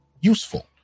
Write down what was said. useful